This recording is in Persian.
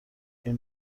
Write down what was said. این